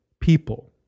people